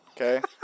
okay